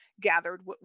gathered